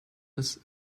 this